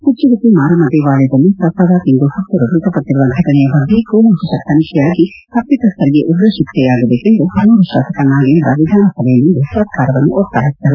ಕಿಚ್ಚುಗುತ್ತಿ ಮಾರಮ್ಮ ದೇವಾಲಯದಲ್ಲಿ ಪ್ರಸಾದ ತಿಂದು ಭಕ್ತರು ಮೃತಪಟ್ಟಿರುವ ಘಟನೆಯ ಬಗ್ಗೆ ಕೂಲಂಕಷ ತನಿಖೆಯಾಗಿ ತಪ್ಪಿತಸ್ದರಿಗೆ ಉಗ್ರ ಶಿಕ್ಷೆಯಾಗಬೇಕೆಂದು ಹನೂರು ಶಾಸಕ ನಾಗೇಂದ್ರ ವಿಧಾನಸಭೆಯಲ್ಲಿಂದು ಸರ್ಕಾರವನ್ನು ಒತ್ತಾಯಿಸಿದರು